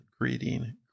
greeting